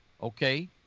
Okay